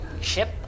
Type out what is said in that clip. Ship